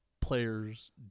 players